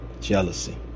Jealousy